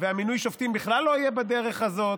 והמינוי שופטים בכלל לא יהיה בדרך הזאת,